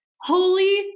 Holy